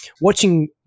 watching